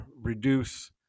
reduce